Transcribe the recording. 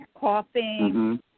coughing